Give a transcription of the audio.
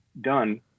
done